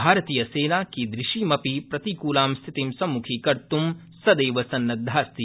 भारतीयसेना किदृशीमपि प्रतिकृलां स्थितिं सम्मुखीकर्त् सदैव सन्नद्धास्ति